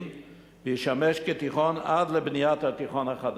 וישמש כתיכון עד לבניית התיכון החדש.